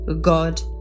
God